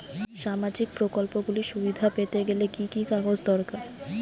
সামাজীক প্রকল্পগুলি সুবিধা পেতে গেলে কি কি কাগজ দরকার?